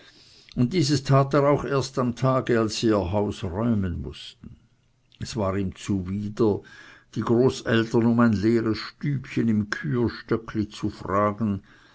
und dieses tat er auch erst am tage als sie ihr haus räumen mußten es war ihm zuwider die großeltern um ein leeres stübchen im küherstöckli zu fragen